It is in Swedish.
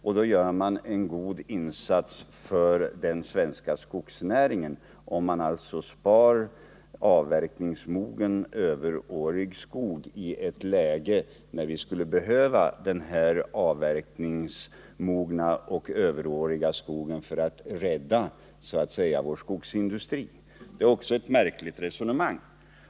Han anser att man gör en god insats för den svenska skogsnäringen om man sparar avverkningsmogen och överårig skog, detta i ett läge när vi skulle behöva den avverkningsmogna och överåriga skogen för att rädda vår skogsindustri. Det är också ett märkligt resonemang.